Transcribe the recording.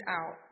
out